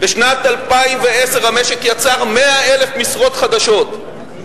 בשנת 2010 המשק ייצר 100,000 משרות חדשות,